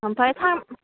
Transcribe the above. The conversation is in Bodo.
ओमफ्राय फान